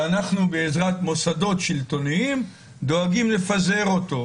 ואנחנו בעזרת מוסדות שלטוניים דואגים לפזר אותו.